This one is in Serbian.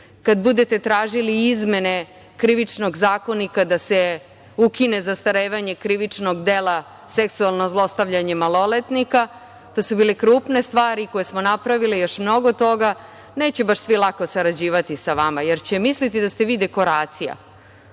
kada budete tražile izmene Krivičnog zakona da se ukine zastarevanje krivičnog dela – seksualno zlostavljanje maloletnika… To su bile krupne stvari koje smo napravile i još mnogo toga. Neće baš svi sarađivati sa vama, jer će misliti da ste vi dekoracija